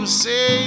say